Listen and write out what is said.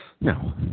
No